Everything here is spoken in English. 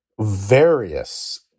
Various